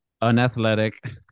Unathletic